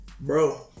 Bro